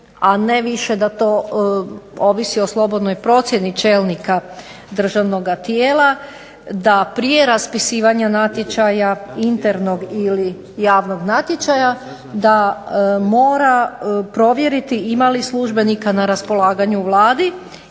a ne više da to ovisi o slobodnoj procjeni čelnika državnog tijela da prije raspisivanja natječaja internog ili javnog natječaja, da mora provjeriti službenika na raspolaganju u Vladi